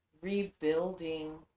rebuilding